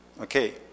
Okay